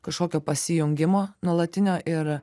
kažkokio pasijungimo nuolatinio ir